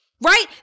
right